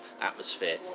atmosphere